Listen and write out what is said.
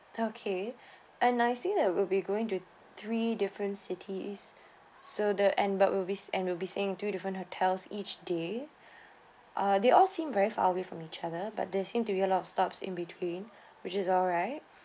okay and I see that we'll be going to three different cities so the end but we'll be s~ and we'll be staying in two different hotels each day ah they all seemed very far away from each other but they seem to be a lot of stops in between which is alright